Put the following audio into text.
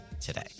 today